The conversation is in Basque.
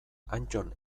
antton